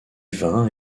vins